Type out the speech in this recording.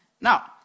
Now